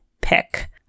pick